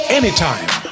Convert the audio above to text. anytime